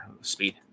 speed